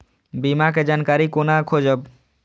बीमा के जानकारी कोना खोजब?